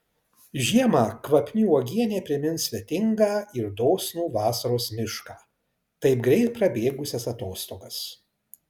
žiemą kvapni uogienė primins svetingą ir dosnų vasaros mišką taip greit prabėgusias atostogas